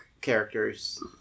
characters